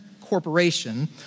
corporation